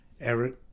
Eric